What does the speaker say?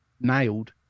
nailed